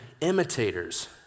imitators